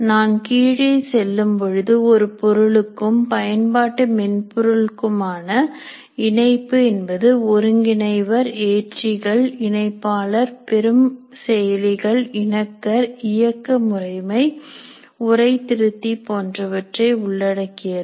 நான் கீழே செல்லும்பொழுது ஒரு பொருளுக்கும் பயன்பாட்டு மென்பொருள் குமான இணைப்பு என்பது ஒருங்கிணைவர் ஏற்றிகள் இணைப்பாளர் பெரும் செயலிகள் இனக்கர் இயக்க முறைமை உரை திருத்தி போன்றவற்றை உள்ளடக்கியது